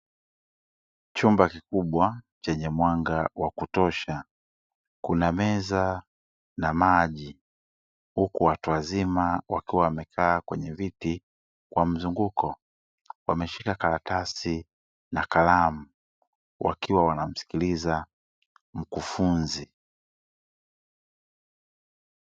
Chumba kikubwa chenye mwanga wa kutosha kuna meza na maji, huku watu wazima wakiwa wamekaa kwenye viti kwa mzunguko wameshika karatasi na kalamu wakiwa wanamsikiliza mkufunzi.